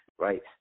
right